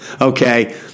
okay